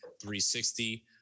360